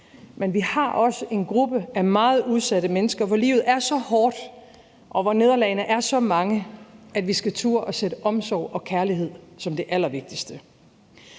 men vi har også en gruppe af meget udsatte mennesker, for hvem livet er så hårdt, og for hvem nederlagene er så mange, at vi skal turde at sætte omsorg og kærlighed op som det allervigtigste.